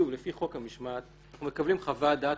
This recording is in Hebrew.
חוק המשמעת אנחנו מקבלים חוות דעת